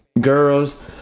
girls